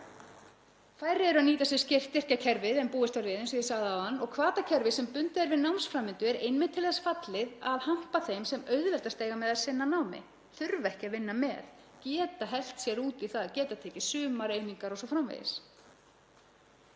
Færri eru að nýta sér styrkjakerfið en búist var við, eins og ég sagði áðan, og hvatakerfið sem bundið er við námsframvindu er til þess fallið að hampa þeim sem auðveldast eiga með að sinna námi, þurfa ekki að vinna með, geta hellt sér út í það, geta tekið sumareiningar o.s.frv.